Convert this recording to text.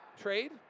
trade